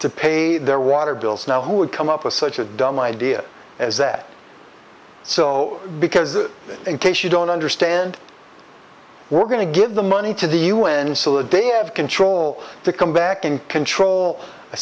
to pay their water bills now who would come up with such a dumb idea as that so because in case you don't understand we're going to give the money to the u n still a day have control to come back and control a